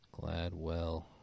Gladwell